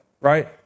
Right